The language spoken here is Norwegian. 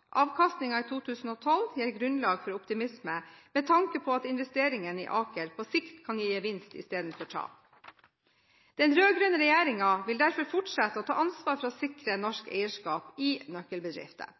i 2012 gir grunnlag for optimisme med tanke på at investeringen i Aker på sikt kan gi gevinst i stedet for tap. Den rød-grønne regjeringen vil derfor fortsette å ta ansvar for å sikre norsk eierskap i nøkkelbedrifter.